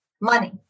money